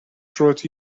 تروت